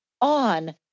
on